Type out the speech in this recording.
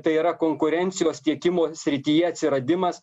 tai yra konkurencijos tiekimo srityje atsiradimas